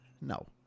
No